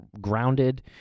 grounded